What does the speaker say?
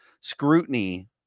scrutiny